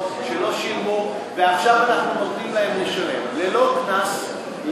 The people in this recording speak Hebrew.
שלא שילמו ועכשיו אנחנו נותנים להם לשלם ללא קנס,